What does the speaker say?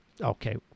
Okay